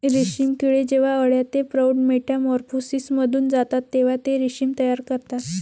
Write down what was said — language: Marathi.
रेशीम किडे जेव्हा अळ्या ते प्रौढ मेटामॉर्फोसिसमधून जातात तेव्हा ते रेशीम तयार करतात